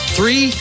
Three